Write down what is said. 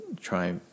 try